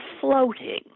floating